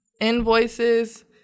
invoices